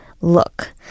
look